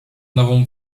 nową